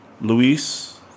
Luis